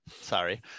Sorry